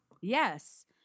Yes